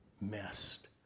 messed